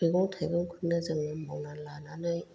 मैगं थाइगंखौनो जों मावना लानानै